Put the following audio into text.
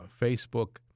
Facebook